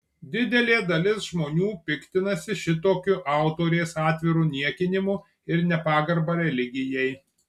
didelė dalis žmonių piktinasi šitokiu autorės atviru niekinimu ir nepagarba religijai